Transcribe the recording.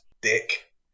dick